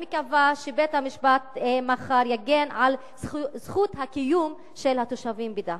אני מקווה שבית-המשפט מחר יגן על זכות הקיום של התושבים בדהמש.